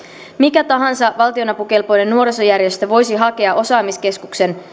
mikä tahansa valtionapukelpoinen nuorisojärjestö voisi hakea osaamiskeskuksen